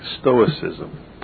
Stoicism